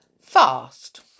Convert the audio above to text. Fast